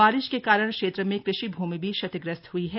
बारिश के कारण क्षेत्र में कृषि भूमि भी क्षतिग्रस्त हुई है